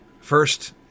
first